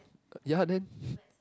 ya then